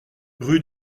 rue